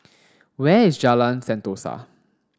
where is Jalan Sentosa